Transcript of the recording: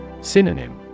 Synonym